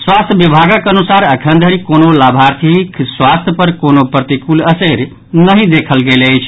स्वास्थ्य विभागक अनुसार अखन धरि कोनो लाभार्थीक स्वास्थ पर कोनो प्रतिकूल असरि नहि देखल गेल अछि